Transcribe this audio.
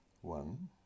One